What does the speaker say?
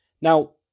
Now